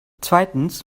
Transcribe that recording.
zweitens